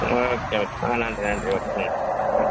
ஆ okay okay ஆ நன்றி நன்றி ஓகே ம் ம்